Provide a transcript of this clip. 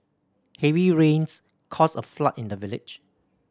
heavy rains caused a flood in the village